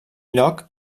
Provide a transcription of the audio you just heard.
lloc